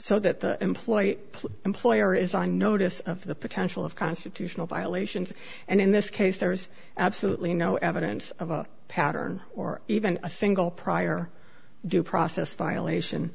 so that the employee employer is on notice of the potential of constitutional violations and in this case there's absolutely no evidence of a pattern or even a single prior due process violation